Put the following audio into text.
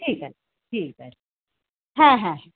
ঠিক আছে ঠিক আছে হ্যাঁ হ্যাঁ হ্যাঁ